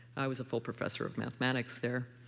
i was a full professor of mathematics there,